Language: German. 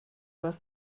was